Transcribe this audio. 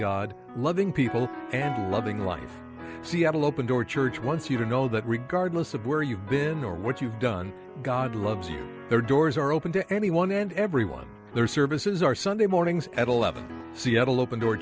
god loving people and loving life seattle open door church once you know that regardless of where you've been or what you've done god loves you there doors are open to anyone and everyone their services are sunday mornings at eleven seattle open door